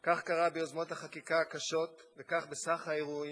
כך קרה ביוזמות החקיקה הקשות וכך בסך האירועים